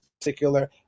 particular